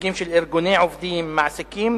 נציגים של ארגוני עובדים ומעסיקים